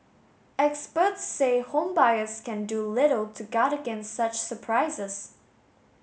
experts say home buyers can do little to guard against such surprises